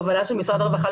בהובלה של משרד הרווחה,